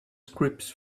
scripts